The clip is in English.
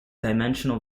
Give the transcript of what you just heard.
dimensional